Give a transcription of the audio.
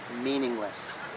meaningless